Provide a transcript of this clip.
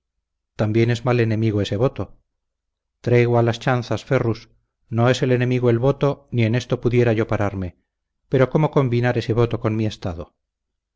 también es mal enemigo ese voto tregua a las chanzas ferrus no es el enemigo el voto ni en eso pudiera yo pararme pero cómo combinar ese voto con mi estado